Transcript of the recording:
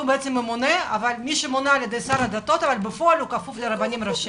הוא בעצם מונה על ידי שר הדתות אבל בפועל הוא כפוף לרבנים ראשיים,